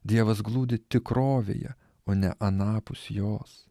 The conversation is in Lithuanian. dievas glūdi tikrovėje o ne anapus jos